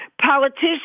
politicians